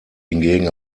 hingegen